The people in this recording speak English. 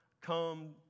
come